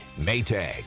Maytag